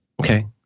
Okay